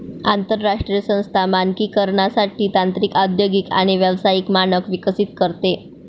आंतरराष्ट्रीय संस्था मानकीकरणासाठी तांत्रिक औद्योगिक आणि व्यावसायिक मानक विकसित करते